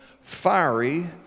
fiery